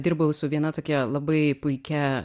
dirbau su viena tokia labai puikia